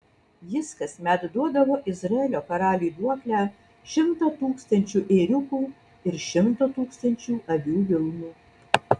jis kasmet duodavo izraelio karaliui duoklę šimtą tūkstančių ėriukų ir šimto tūkstančių avių vilnų